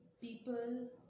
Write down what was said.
people